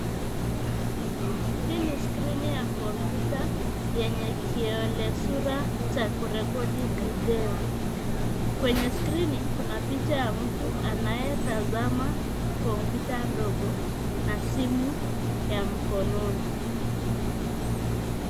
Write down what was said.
Hii ni skrini ya kompyuta yenye kiolesura cha kurekodi video. Kwenye skrini kuna picha ya mtu anayetazama kompyuta ndogo na simu ya mkononi.